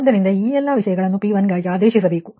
ಆದ್ದರಿಂದ ನೀವು ಈ ಎಲ್ಲ ವಿಷಯಗಳನ್ನು P1 ಗಾಗಿ ಆದೇಶಿಸಬೇಕು